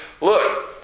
look